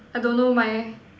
I don't know my